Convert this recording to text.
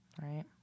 Right